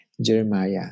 Jeremiah